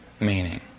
meaning